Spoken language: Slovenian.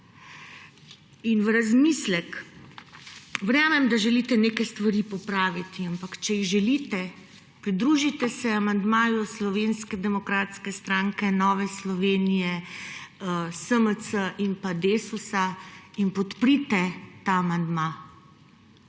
In v razmislek, verjamem, da želite neke stvari popraviti, ampak če jih želite, pridružite se amandmaju Slovenske demokratske stranke, Nove Slovenije, SMC in Desusa ter podprite ta amandma.